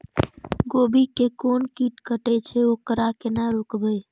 गोभी के कोन कीट कटे छे वकरा केना रोकबे?